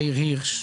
יאיר הירש,